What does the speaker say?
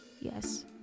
Yes